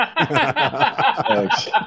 Thanks